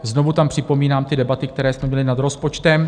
Znovu tam připomínám ty debaty, které jsme měli nad rozpočtem.